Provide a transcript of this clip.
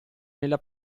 nella